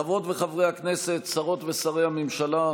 חברות וחברי הכנסת, שרות ושרי הממשלה,